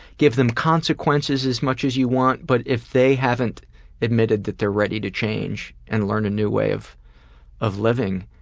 give them consequences as much as you want, but if they haven't admitted that they're ready to change and learn a new way of of living,